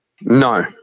No